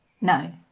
No